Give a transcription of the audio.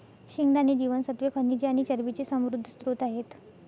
शेंगदाणे जीवनसत्त्वे, खनिजे आणि चरबीचे समृद्ध स्त्रोत आहेत